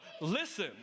listen